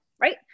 right